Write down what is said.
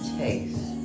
taste